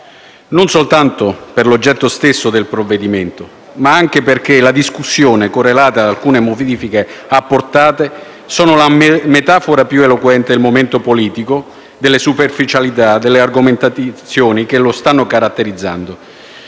non soltanto per l'oggetto stesso del provvedimento, ma anche perché le discussioni correlate e alcune modifiche apportate sono la metafora più eloquente del momento politico e delle superficialità argomentative che lo stanno caratterizzando,